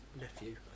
nephew